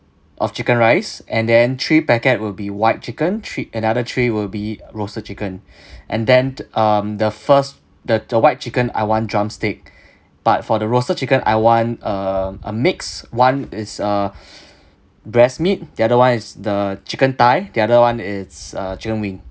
of chicken rice and then three packet will be white chicken three another three will be roasted chicken and then um the first the the white chicken I want drumstick but for the roasted chicken I want a a mix [one] is uh breast meat the other [one] is the chicken thigh the other [one] is uh chicken wing